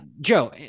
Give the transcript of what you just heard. joe